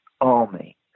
army